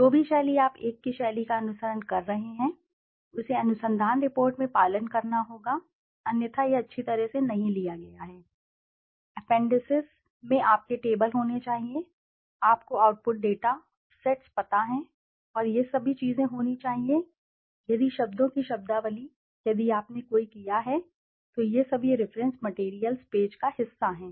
जो भी शैली आप एक ही शैली का अनुसरण कर रहे हैं उसे अनुसंधान रिपोर्ट में पालन करना होगा अन्यथा यह अच्छी तरह से नहीं लिया गया है appendicesअप्पेंडिसेस में आपके टेबल होने चाहिए आपको आउटपुट डेटा सेट्स पता है और ये सभी चीजें होनी चाहिए यदि शब्दों की शब्दावली यदि आपने कोई किया है तो ये सभी reference materials reference materials page का हिस्सा हैं